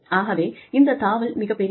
ஆகவே இந்த தாவல் மிகப்பெரியது